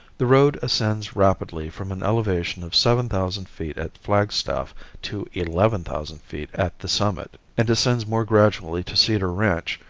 the road ascends rapidly from an elevation of seven thousand feet at flagstaff to eleven thousand feet at the summit, and descends more gradually to cedar ranch,